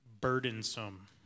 burdensome